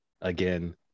again